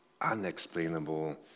unexplainable